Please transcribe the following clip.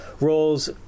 roles